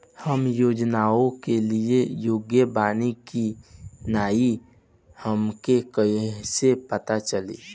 हम योजनाओ के लिए योग्य बानी ई हमके कहाँसे पता चली?